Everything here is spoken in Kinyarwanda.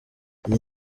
iyi